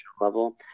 level